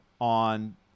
on